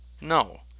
no